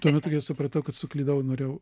tuomet kai supratau kad suklydau norėjau